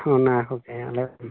ᱚᱱᱟ ᱦᱚᱸ ᱟᱞᱮ